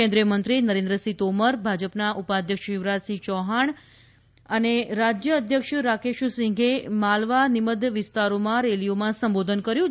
કેન્દ્રીય મંત્રી નરેન્દ્રસિંહ તોમર ભાજપના ઉપાધ્યક્ષ શિવરાજ ચૌહાણ અને રાજય અધ્યક્ષ રાકેશસિંગે માલવા નીમદ વિસ્તારોમાં રેલીઓમાં સંબોધન કર્યું હતું